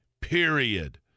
Period